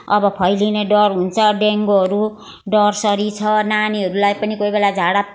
अब फैलिने डर हुन्छ डेङ्गगूहरू डरसरी छ नानीहरूलाई पनि कोही बेला झाडा